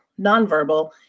nonverbal